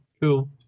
cool